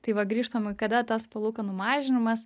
tai va grįžtam kada tas palūkanų mažinimas